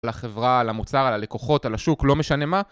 לחברה, על המוצר, על הלקוחות, על השוק, לא משנה מה